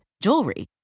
jewelry